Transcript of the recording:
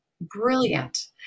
brilliant